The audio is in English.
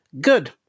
good